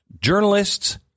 Journalists